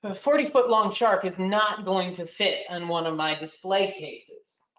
ah forty foot long shark is not going to fit on one of my display cases.